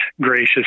gracious